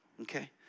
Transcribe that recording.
Okay